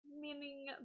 Meaning